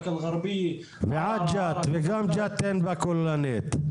באקה אלגרבייה --- ועג'ת וגם ג'ת אין בה כוללנית.